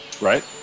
Right